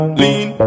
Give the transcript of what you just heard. lean